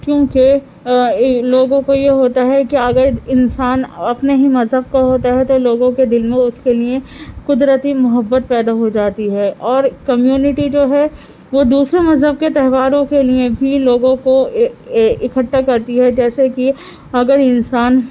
کیونکہ لوگوں کو یہ ہوتا ہے کہ اگر انسان اپنے ہی مذہب کا ہوتا ہے تو لوگوں کے دل میں اس کے لیے قدرتی محبت پیدا ہو جاتی ہے اور کمیونیٹی جو ہے وہ دوسرے مذہب کے تہواروں کے لیے بھی لوگوں کو اکٹھا کرتی ہے جیسے کہ اگر انسان